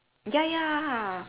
ya ya